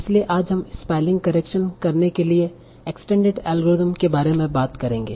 इसलिए आज हम स्पेलिंग करेक्शन करने के लिए एक्सटेंडेड एल्गोरिदम के बारे में बात करेंगे